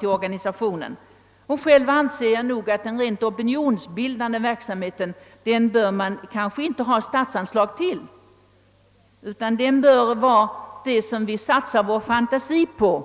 Jag själv anser att statsanslag inte bör utgå till den rent opinionsbildande wverksamheten. Den bör i stället vara det vi satsar vår fantasi på, det